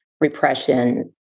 repression